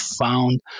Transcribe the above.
found